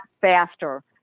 faster